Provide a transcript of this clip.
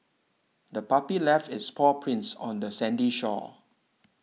the puppy left its paw prints on the sandy shore